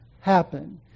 happen